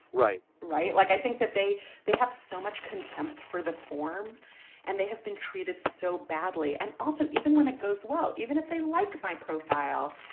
right. right. like, i think that they they have so much contempt for the form and they have been treated so badly. and also, even when it goes well, even if they like my profile,